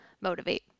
motivate